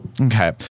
Okay